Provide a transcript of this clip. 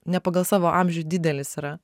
ne pagal savo amžių didelis yra